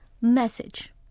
Message